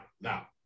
now